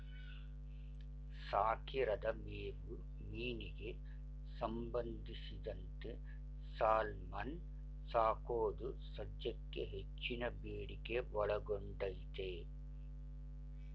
ಸಾಕಿರದ ಮೇವು ಮೀನಿಗೆ ಸಂಬಂಧಿಸಿದಂತೆ ಸಾಲ್ಮನ್ ಸಾಕೋದು ಸದ್ಯಕ್ಕೆ ಹೆಚ್ಚಿನ ಬೇಡಿಕೆ ಒಳಗೊಂಡೈತೆ